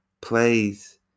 plays